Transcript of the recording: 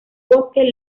bosques